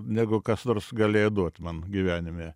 negu kas nors galėjo duot man gyvenime